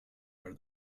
where